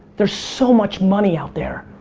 there's so much money out there.